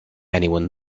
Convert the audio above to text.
anyone